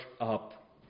up